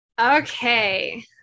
Okay